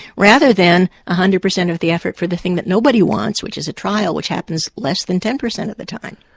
rather than one hundred per cent of the effort for the thing that nobody wants, which is a trial, which happens less than ten per cent of the time.